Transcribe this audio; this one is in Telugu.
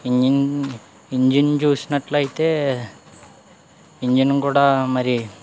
ఇంజన్ ఇంజన్ చూసినట్టు అయితే ఇంజన్ కూడా మరి